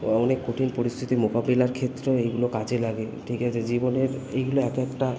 অনেক কঠিন পরিস্থিতির মোকাবিলার ক্ষেত্রেও এইগুলো কাজে লাগে ঠিক আছে জীবনের এইগুলো একা একটা